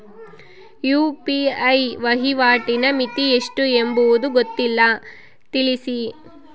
UPI ವಹಿವಾಟಿನ ಮಿತಿ ಎಷ್ಟು ಎಂಬುದು ಗೊತ್ತಿಲ್ಲ? ತಿಳಿಸಿ?